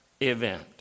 event